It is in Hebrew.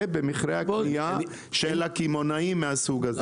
במחירי הקנייה של הקמעונאים מהסוג הזה.